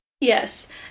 Yes